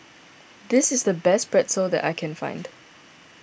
this is the best Pretzel that I can find